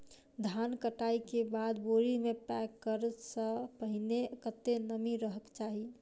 धान कटाई केँ बाद बोरी मे पैक करऽ सँ पहिने कत्ते नमी रहक चाहि?